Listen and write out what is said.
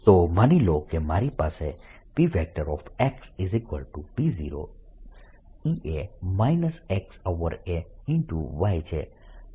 તો માની લો કે મારી પાસે P P0 ea xa y છે